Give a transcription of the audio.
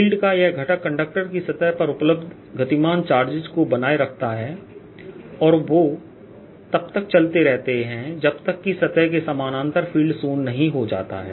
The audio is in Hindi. फ़ील्ड का यह घटक कंडक्टर की सतह पर उपलब्ध गतिमान चार्जेस को बनाए रखता है और वे तब तक चलते रहते हैं जब तक कि सतह के समानांतर फ़ील्ड शून्य नहीं हो जाता है